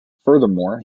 furthermore